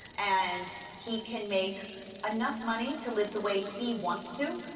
and he can make enough money to live the way he wants to,